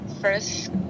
first